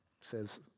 says